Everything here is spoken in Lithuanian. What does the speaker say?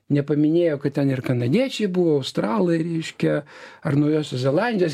nepaminėjo kad ten ir kanadiečiai buvo australai reiškia ar naujosios zelandijos